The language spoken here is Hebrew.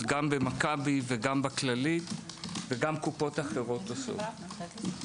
גם במכבי וגם בכללית וגם קופות אחרות עושות את זה.